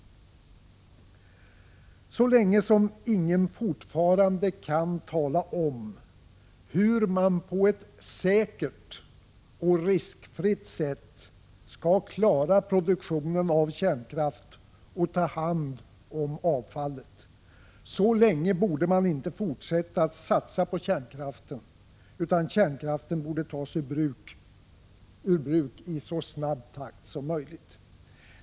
Så länge fortfarande ingen kan tala om hur man på ett säkert och riskfritt sätt skall klara produktionen av kärnkraft och ta hand om avfallet, så länge borde man inte fortsätta att satsa på kärnkraften, utan kärnkraften borde tas ur bruk i så snabb takt som möjligt.